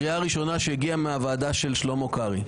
קריאה ראשונה שהגיעה מהוועדה של שלמה קרעי.